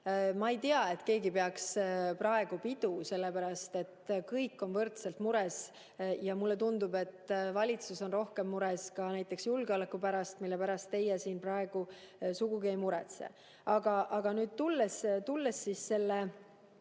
Ma ei tea, et keegi peaks praegu pidu, sest kõik on võrdselt mures, ja mulle tundub, et valitsus on rohkem mures ka näiteks julgeoleku pärast, mille pärast teie siin praegu sugugi ei muretse. Aga tulles nüüd selle